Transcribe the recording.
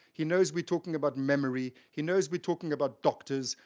he knows we're talking about memory, he knows we're talking about doctors,